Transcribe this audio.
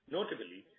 Notably